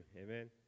Amen